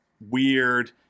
weird